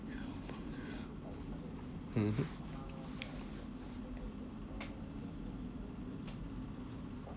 mmhmm